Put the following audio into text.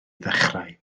ddechrau